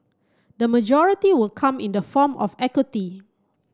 the majority will come in the form of equity